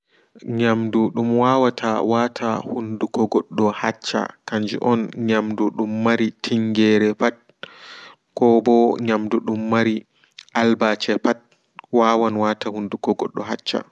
Nyamdu dum wawata wata hunduko goddo hacca kanju on nyamdu dum mari tingere pat koɓo nyamdu dum mari alɓace pat.